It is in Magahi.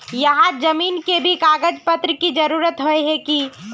यहात जमीन के भी कागज पत्र की जरूरत होय है की?